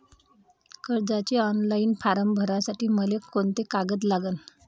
कर्जाचे online form भरासाठी मले कोंते कागद लागन?